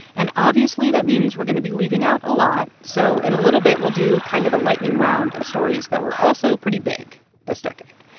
and obviously, that means we're going to be leaving out a lot. so in a little bit, we'll do kind of a lightning round of stories that were also pretty big this decade.